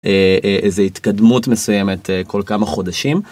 איזה התקדמות מסוימת כל כמה חודשים.